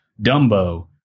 dumbo